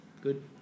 Good